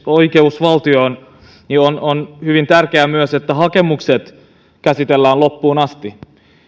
oikeusvaltioon on hyvin tärkeää myös että hakemukset käsitellään loppuun asti